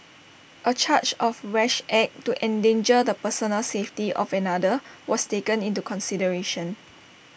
A charge of rash act to endanger the personal safety of another was taken into consideration